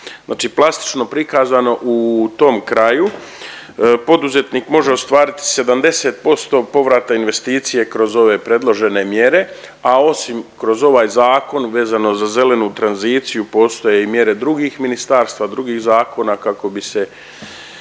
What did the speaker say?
plastično prikazano, u tom kraju poduzetnik može ostvariti 70% povrata investicije kroz ove predložene mjere, a osim kroz ovaj zakon vezano za zelenu tranziciju, postoje i mjere drugih ministarstva, drugih zakona kako bi se